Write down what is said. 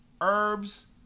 herbs